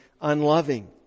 unloving